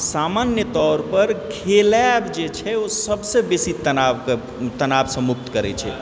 मुदा हँ सामान्य तौरपर खेलैब जे छै ओ सबसँ बेसी तनावके तनावसँ मुक्त करै छै